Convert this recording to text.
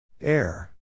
Air